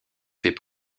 faits